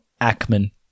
Ackman